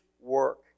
work